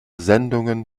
sendungen